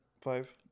Five